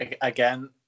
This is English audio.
again